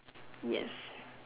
yes